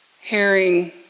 hearing